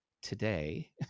today